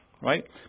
right